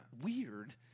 Weird